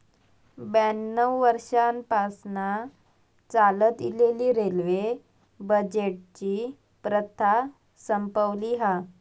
ब्याण्णव वर्षांपासना चालत इलेली रेल्वे बजेटची प्रथा संपवली हा